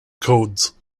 codes